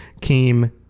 came